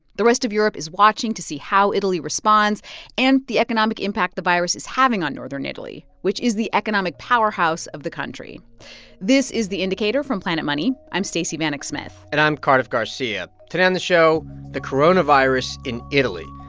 the rest of europe is watching to see how italy responds and the economic impact the virus is having on northern italy, which is the economic powerhouse of the country this is the indicator from planet money. i'm stacey vanek smith and i'm cardiff garcia. today on the show the coronavirus in italy.